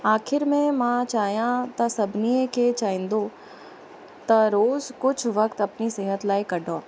आख़िरि में मां चाहियां त सभिनीअ खे चाहींदो त रोज़ु कुझु वक़्ति अपनी सिहत लाइ कढो